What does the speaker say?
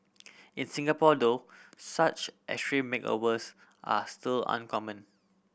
in Singapore though such extreme makeovers are still uncommon